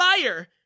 liar